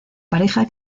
pareja